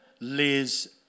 Liz